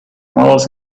models